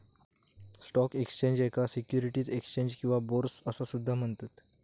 stock exchange, याका securities exchange किंवा bourse असा सुद्धा म्हणतत